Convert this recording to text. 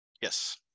Yes